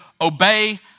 obey